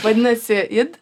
vadinasi id